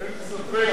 אין ספק,